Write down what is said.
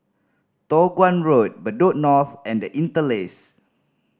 Toh Guan Road Bedok North and The Interlace